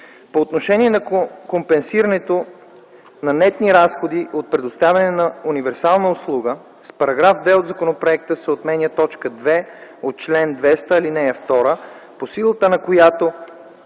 По отношение на компенсирането на нетни разходи от предоставяне на универсална услуга, с § 2 от законопроекта се отменя т. 2 от чл. 200, ал. 2, по силата на която